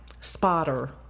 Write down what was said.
spotter